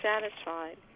satisfied